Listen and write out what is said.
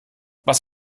was